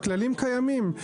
הכללים קיימים,